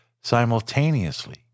simultaneously